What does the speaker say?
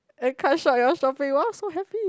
eh cut short your shopping !woah! so happy